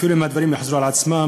אפילו אם הדברים יחזרו על עצמם,